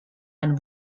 ein